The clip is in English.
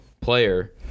player